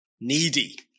needy